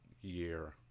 year